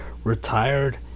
Retired